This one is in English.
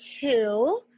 two